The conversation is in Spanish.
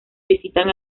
visitan